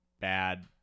bad